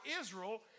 Israel